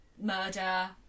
murder